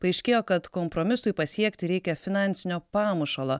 paaiškėjo kad kompromisui pasiekti reikia finansinio pamušalo